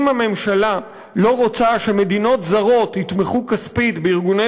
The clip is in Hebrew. אם הממשלה לא רוצה שמדינות זרות יתמכו כספית בארגוני